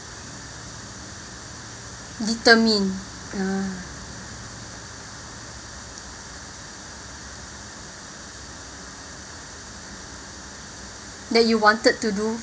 determine ya that you wanted to do